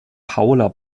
paula